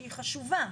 שהיא חשובה,